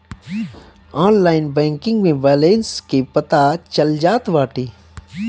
online banking में balance के पता चल जात बाटे